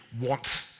want